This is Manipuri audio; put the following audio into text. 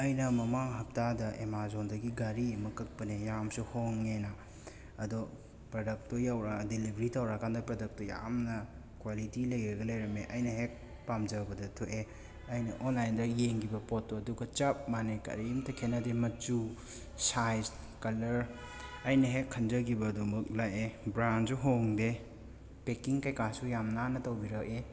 ꯑꯩꯅ ꯃꯃꯥꯡ ꯍꯞꯇꯥꯗ ꯑꯦꯃꯥꯖꯣꯟꯗꯒꯤ ꯘꯔꯤ ꯑꯃ ꯀꯛꯄꯅꯦ ꯌꯥꯝꯅꯁꯨ ꯍꯣꯡꯉꯦꯅ ꯑꯗꯣ ꯄ꯭ꯔꯗꯛꯇꯣ ꯌꯧꯔꯛꯑ ꯗꯤꯂꯤꯚꯔꯤ ꯇꯧꯔꯛꯑꯀꯥꯟꯗ ꯄ꯭ꯔꯗꯛꯇꯣ ꯌꯥꯝꯅ ꯀ꯭ꯋꯥꯂꯤꯇꯤ ꯂꯩꯔꯒ ꯂꯩꯔꯝꯃꯦ ꯑꯩꯅ ꯍꯦꯛ ꯄꯥꯝꯖꯕꯗꯣ ꯊꯣꯛꯑꯦ ꯑꯩꯅ ꯑꯣꯟꯂꯥꯏꯟꯗ ꯌꯦꯡꯒꯤꯕ ꯄꯣꯠꯇꯣ ꯑꯗꯨꯒ ꯆꯞ ꯃꯥꯟꯅꯩ ꯀꯔꯤꯝꯇ ꯈꯦꯠꯅꯗꯦ ꯃꯆꯨ ꯁꯥꯏꯖ ꯀꯂꯔ ꯑꯩꯅ ꯍꯦꯛ ꯈꯟꯖꯒꯤꯗꯨꯃꯛ ꯂꯥꯛꯑꯦ ꯕ꯭ꯔꯥꯟꯁꯨ ꯍꯣꯡꯗꯦ ꯄꯦꯛꯀꯤꯡ ꯀꯩꯀꯥꯁꯨ ꯌꯥꯝ ꯅꯥꯟꯅ ꯇꯧꯕꯤꯔꯛꯑꯦ